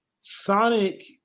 Sonic